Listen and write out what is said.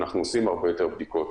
אנחנו עושים הרבה יותר בדיקות.